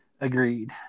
Agreed